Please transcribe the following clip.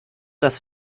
das